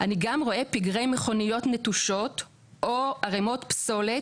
אני גם רואה פגרי מכוניות נטושות או ערימות פסולת,